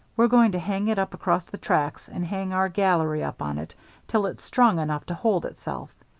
we're going to hang it up across the tracks and hang our gallery up on it till it's strong enough to hold itself.